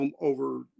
over